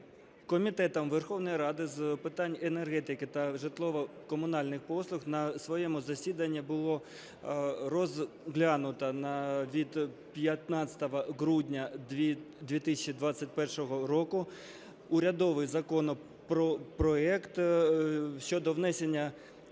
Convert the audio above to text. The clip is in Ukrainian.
Комітетом Верховної Ради з питань енергетики та житлово-комунальних послуг на своєму засіданні було розглянуто від 15 грудня 2021 року урядовий законопроект щодо внесення